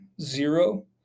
zero